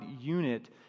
unit